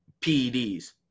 PEDs